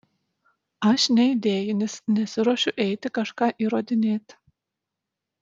aš neidėjinis nesiruošiu eiti kažką įrodinėti